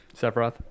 Sephiroth